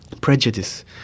prejudice